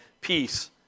peace